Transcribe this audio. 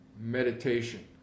meditation